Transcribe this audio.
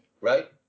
right